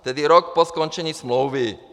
Tedy rok po skončení smlouvy.